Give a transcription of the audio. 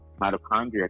mitochondria